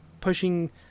pushing